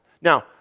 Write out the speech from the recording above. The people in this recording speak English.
Now